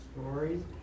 stories